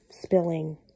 spilling